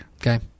Okay